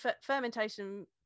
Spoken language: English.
fermentation